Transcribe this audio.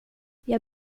jag